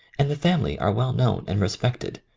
and the fam ily are well known and respected.